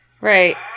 right